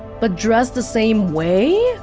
but dressed the same way?